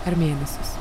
ar mėnesius